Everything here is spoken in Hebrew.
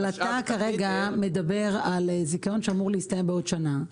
אבל אתה כרגע מדבר על זיכיון שאמור להסתיים בעוד שנה.